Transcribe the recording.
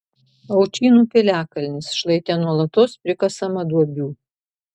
aučynų piliakalnis šlaite nuolatos prikasama duobių